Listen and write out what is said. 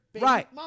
Right